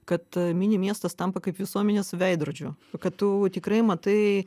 kad mini miestas tampa kaip visuomenės veidrodžiu kad tu tikrai matai